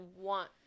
want